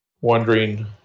wondering